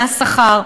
מהשכר,